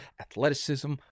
athleticism